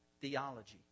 theology